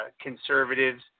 conservatives –